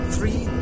Three